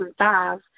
2005